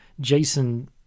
Jason